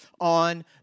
on